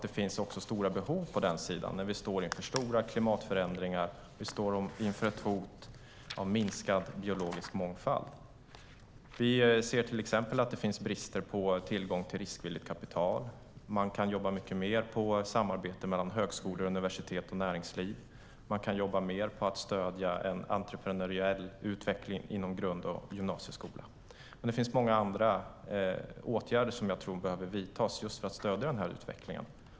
Det finns också stora behov på den sidan när vi står inför stora klimatförändringar och ett hot om minskad biologisk mångfald. Vi ser till exempel att det finns brister när det gäller tillgång till riskvilligt kapital. Man kan jobba mycket mer med samarbete mellan högskolor, universitet och näringsliv. Man kan jobba mer för att stödja en entreprenöriell utveckling inom grund och gymnasieskolan. Och det finns många andra åtgärder som jag tror behöver vidtas för att stödja den här utvecklingen.